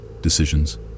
Decisions